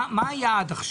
מה היעד עכשיו?